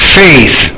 faith